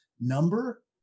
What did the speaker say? number